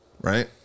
right